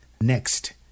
next